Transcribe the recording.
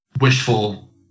wishful